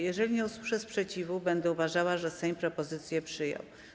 Jeżeli nie usłyszę sprzeciwu, będę uważała, że Sejm propozycję przyjął.